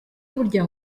burya